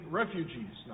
refugees